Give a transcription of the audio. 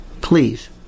Please